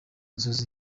nzozi